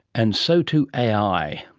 and so to ai,